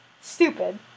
stupid